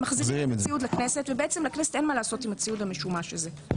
מחזירים את הציוד לכנסת ולכנסת אין מה לעשות עם הציוד המשומש הזה.